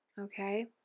Okay